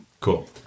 Cool